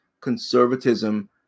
conservatism